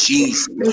Jesus